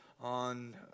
on